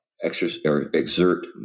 exert